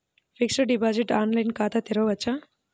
Fixed deposit online ఖాతా తెరువవచ్చా?